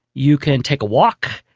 you can take a walk,